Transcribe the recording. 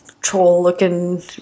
troll-looking